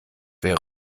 wer